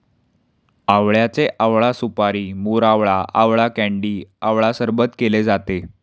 आवळ्याचे आवळा सुपारी, मोरावळा, आवळा कँडी आवळा सरबत केले जाते